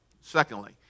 Secondly